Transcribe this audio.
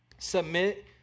Submit